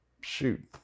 shoot